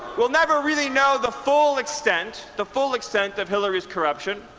we'll never really know the full extent, the full extent of hillary's corruption